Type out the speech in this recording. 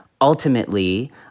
ultimately